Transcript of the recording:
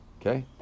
Okay